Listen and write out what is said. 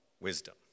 wisdom